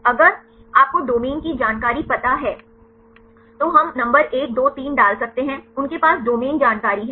अगर आपको डोमेन की जानकारी पता है तो हम नंबर 1 2 3 डाल सकते हैं उनके पास डोमेन जानकारी है